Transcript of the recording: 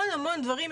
אין המון המון דברים.